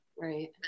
right